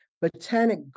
Botanic